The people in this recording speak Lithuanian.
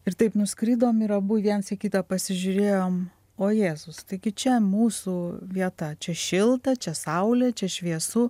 ir taip nuskridom ir abu viens į kitą pasižiūrėjom o jėzus taigi čia mūsų vieta čia šilta čia saulė čia šviesu